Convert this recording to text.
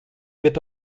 wird